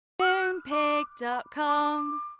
Moonpig.com